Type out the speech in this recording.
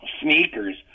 sneakers